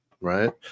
Right